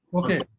okay